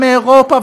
ומאירופה,